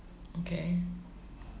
okay